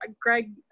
greg